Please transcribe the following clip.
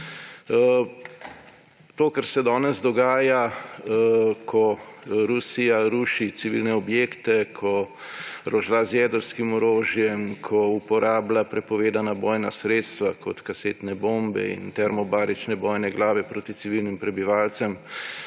To, kar se danes dogaja, ko Rusija ruši civilne objekte, ko rožlja z jedrskim orožjem, ko uporablja prepovedana bojna sredstva, kot so kasetne bombe in termobarične bojne glave, proti civilnim prebivalcem,